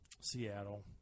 Seattle